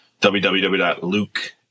www.luke